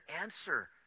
answer